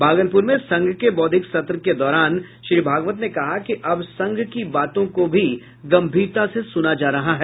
भागलपुर में संघ के बौद्धिक सत्र के दौरान श्री भागवत ने कहा कि अब संघ की बातों को भी गम्भीरता से सुना जा रहा है